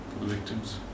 Victims